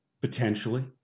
potentially